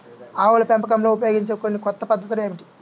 ఆవుల పెంపకంలో ఉపయోగించే కొన్ని కొత్త పద్ధతులు ఏమిటీ?